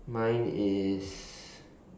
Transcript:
mine is